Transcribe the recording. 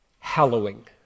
hallowing